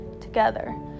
together